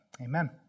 Amen